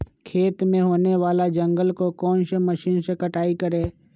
खेत में होने वाले जंगल को कौन से मशीन से कटाई करें?